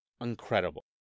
Incredible